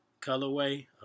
colorway